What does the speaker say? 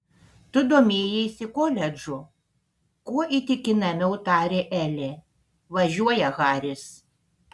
tu domėjaisi koledžu kuo įtikinamiau tarė elė važiuoja haris